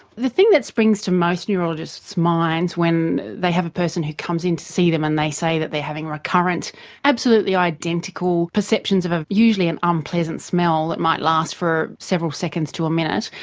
the thing that springs to most neurologists' minds when they have a person who comes in to see them and they say that they are having recurrent absolutely identical perceptions of of usually an unpleasant smell that might last for several seconds to a minute,